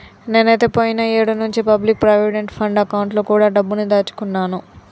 నేనైతే పోయిన ఏడు నుంచే పబ్లిక్ ప్రావిడెంట్ ఫండ్ అకౌంట్ లో కూడా డబ్బుని దాచుకున్నాను